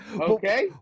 okay